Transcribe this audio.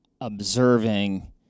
observing